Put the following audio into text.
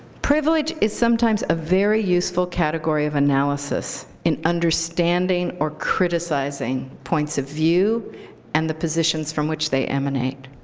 privilege is sometimes a very useful category of analysis in understanding or criticizing points of view and the positions from which they emanate.